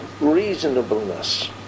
reasonableness